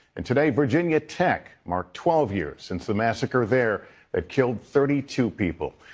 and today virginia tech marked twelve years since the massacre there that killed thirty two people.